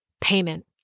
payment